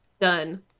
Done